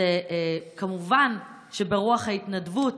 כמובן שרוח ההתנדבות,